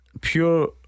Pure